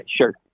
sure